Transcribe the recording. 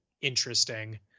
interesting